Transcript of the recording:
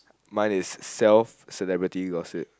mine is self celebrity gossip